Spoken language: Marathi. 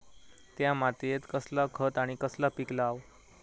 त्या मात्येत कसला खत आणि कसला पीक लाव?